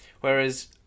Whereas